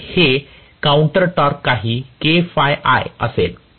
तर हे counter torque काही kɸIa असेल